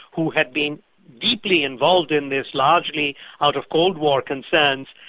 who had been deeply involved in this largely out of cold war concerns,